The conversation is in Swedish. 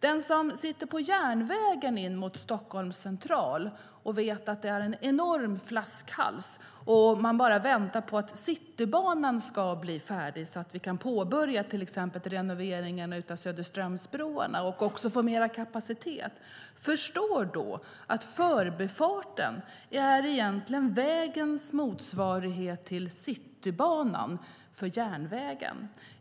Den som sitter på järnvägen in mot Stockholms central vet att det är en enorm flaskhals. Man bara väntar på att Citybanan ska bli färdig, så att vi kan påbörja till exempel renoveringen av Söderströmsbroarna och få mer kapacitet. Man förstår då att förbifarten egentligen är vägens motsvarighet till Citybanan för järnvägen.